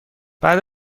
بعد